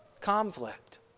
conflict